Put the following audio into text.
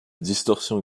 distorsion